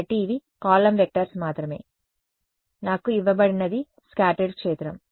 కాబట్టి ఇవి column vectors మాత్రమే నాకు ఇవ్వబడినది స్కాటర్డ్ క్షేత్రం